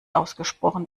ausgesprochen